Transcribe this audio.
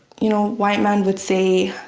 you know, white man would say,